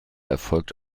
erfolgt